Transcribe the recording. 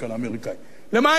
למה היינו צריכים את זה, לכל הרוחות?